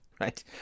Right